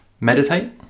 meditate